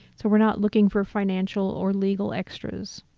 so we're not looking for financial or legal extras.